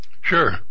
Sure